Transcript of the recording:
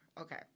Okay